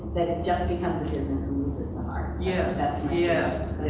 that it just becomes a business and loses the heart. yes. that's my ah